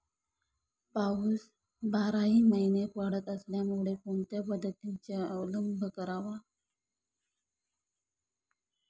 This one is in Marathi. पाऊस बाराही महिने पडत असल्यामुळे कोणत्या पद्धतीचा अवलंब करावा?